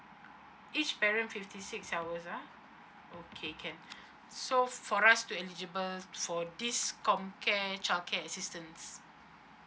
each parent fifty six hours ah okay can so for us to eligible for this com care childcare assistance